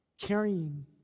carrying